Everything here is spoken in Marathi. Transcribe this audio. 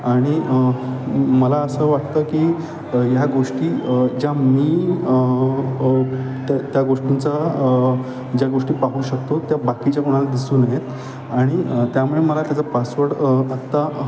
आणि मला असं वाटतं की ह्या गोष्टी ज्या मी त्या त्या गोष्टींचा ज्या गोष्टी पाहू शकतो त्या बाकीच्या कोणाला दिसू नयेत आणि त्यामुळे मला त्याचा पासवर्ड आत्ता